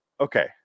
Okay